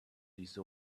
these